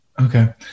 Okay